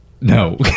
no